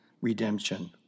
redemption